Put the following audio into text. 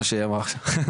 מה שהיא אמרה עכשיו.